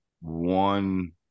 one